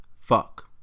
Fuck